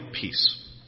peace